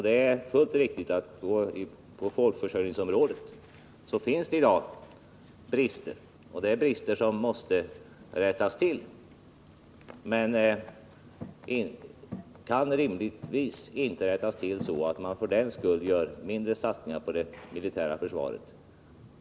Det är fullt riktigt att det på folkförsörjningens område finns brister i dag, och det är brister som måste rättas till. Men de kan rimligtvis inte rättas till genom att vi satsar mindre på det militära försvaret.